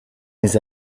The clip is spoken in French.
mes